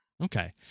Okay